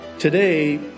Today